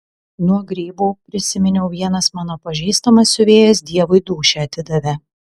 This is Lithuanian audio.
nuo grybų prisiminiau vienas mano pažįstamas siuvėjas dievui dūšią atidavė